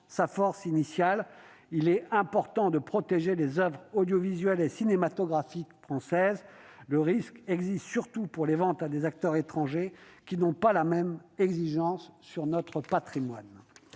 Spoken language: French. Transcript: sa force initiale. Il est important de protéger les oeuvres audiovisuelles et cinématographiques françaises. Le risque existe surtout pour les ventes à des acteurs étrangers qui n'ont pas la même exigence que nous quant à notre patrimoine.